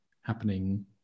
happening